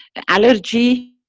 a allergy,